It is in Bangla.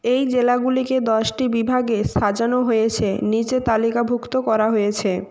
এই জেলাগুলিকে দশটি বিভাগে সাজানো হয়েছে নিচে তালিকাভুক্ত করা হয়েছে